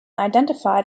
identified